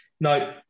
no